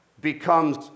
becomes